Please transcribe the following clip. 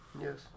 Yes